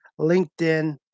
LinkedIn